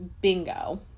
Bingo